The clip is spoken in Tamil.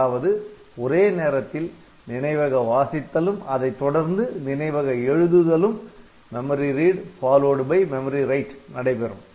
அதாவது ஒரே நேரத்தில் நினைவக வாசித்தலும் அதைத்தொடர்ந்து நினைவக எழுதுதலும் நடைபெறும்